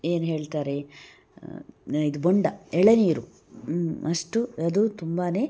ಏನ್ಹೇಳ್ತಾರೆ ಇದು ಬೊಂಡ ಎಳನೀರು ಅಷ್ಟು ಅದು ತುಂಬಾ